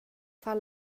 far